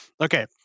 Okay